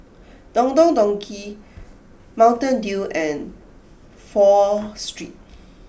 Don Don Donki Mountain Dew and Pho Street